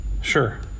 Sure